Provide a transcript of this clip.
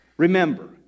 Remember